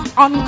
on